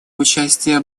участие